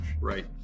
Right